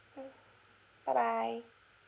bye bye